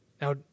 Now